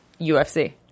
UFC